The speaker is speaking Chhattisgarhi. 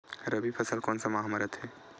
रबी फसल कोन सा माह म रथे?